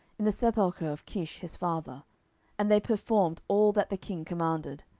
in the sepulchre of kish his father and they performed all that the king commanded.